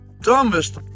dumbest